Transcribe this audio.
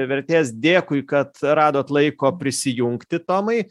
vertėjas dėkui kad radot laiko prisijungti tomai